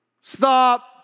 Stop